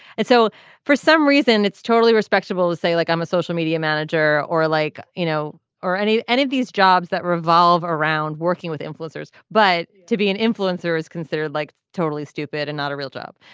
and so for some reason it's totally respectable to say like i'm a social media manager or like you know or any any of these jobs that revolve around working with influencers. but to be an influencer is considered like totally stupid and not a real job.